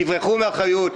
תברחו מאחריות,